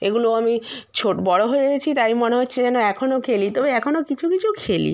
এগুলো আমি ছো বড়ো হয়েছি তাই মনে হচ্ছে যেন এখনও খেলি তবে এখনও কিছু কিছু খেলি